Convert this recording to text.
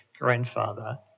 grandfather